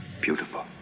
Beautiful